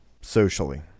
socially